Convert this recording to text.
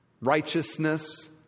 righteousness